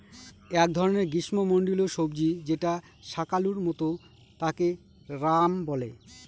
এক ধরনের গ্রীস্মমন্ডলীয় সবজি যেটা শাকালুর মত তাকে য়াম বলে